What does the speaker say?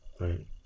right